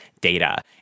data